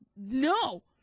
No